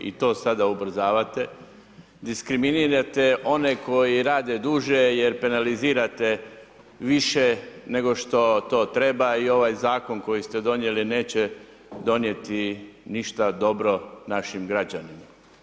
I to sada ubrzavate, diskriminirate one koji rade duže jer penalizirate više nego što to treba i ovaj zakon koji ste donijeli neće donijeti ništa dobro našim građanima.